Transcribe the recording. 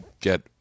get –